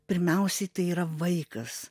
pirmiausiai tai yra vaikas